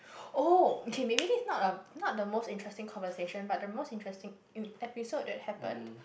oh okay maybe this is not a not the most interesting conversation but the most interesting uh episode that happened